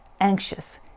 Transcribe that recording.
anxious